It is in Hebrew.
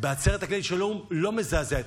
בעצרת הכללית של האו"ם לא מזעזע אתכם,